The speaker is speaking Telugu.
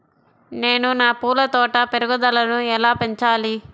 నేను నా పూల తోట పెరుగుదలను ఎలా పెంచాలి?